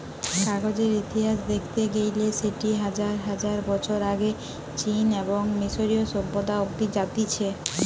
কাগজের ইতিহাস দেখতে গেইলে সেটি হাজার হাজার বছর আগে চীন এবং মিশরীয় সভ্যতা অব্দি জাতিছে